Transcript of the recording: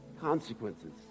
consequences